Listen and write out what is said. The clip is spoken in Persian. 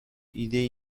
ایدهای